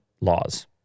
laws